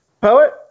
poet